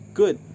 good